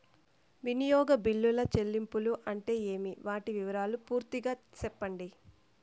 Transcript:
వినియోగ బిల్లుల చెల్లింపులు అంటే ఏమి? వాటి వివరాలు పూర్తిగా సెప్పండి?